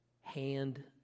hand